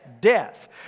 Death